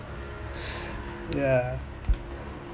ya